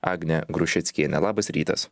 agne grušeckiene labas rytas